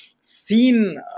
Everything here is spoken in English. seen